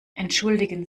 entschuldigen